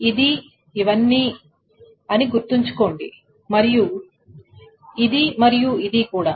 ఇది ఇవన్నీ అని గుర్తుంచుకోండి మరియు ఇది మరియు ఇది కూడా